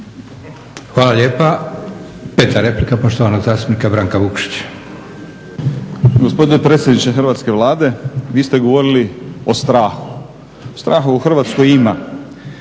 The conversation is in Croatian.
replika. Prva replika poštovanog zastupnika Branka Vukšića.